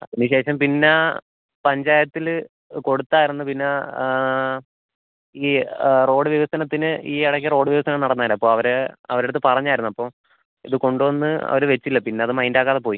അതിന് ശേഷം പിന്നെ പഞ്ചായത്തിൽ കൊടുത്തായിരുന്നു പിന്നെ ഈ റോഡ് വികസനത്തിന് ഈ ഇടക്ക് റോഡ് വികസനം നടന്നേനേ അപ്പോൾ അവരെ അവരെ അടുത്ത് പറഞ്ഞായിരുന്നു അപ്പോൾ ഇത് കൊണ്ട് വന്ന് അവർ വെച്ചില്ല പിന്നെ അത് മൈൻഡ് ആക്കാതെ പോയി